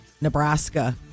nebraska